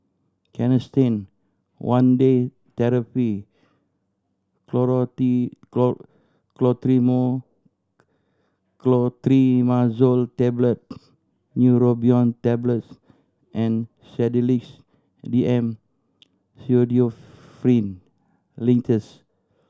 Canesten one Day Therapy Clotrimazole Tablet Neurobion Tablets and Sedilix D M Pseudoephrine Linctus